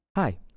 Hi